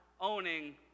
owning